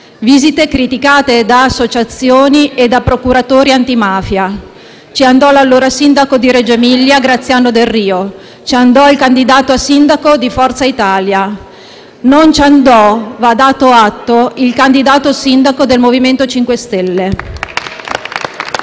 visite criticate da associazioni e da procuratori antimafia. Ci andò l'allora sindaco di Reggio Emilia, Graziano Delrio; ci andò il candidato a sindaco di Forza Italia. Non ci andò - va dato atto - il candidato sindaco del Movimento 5 Stelle.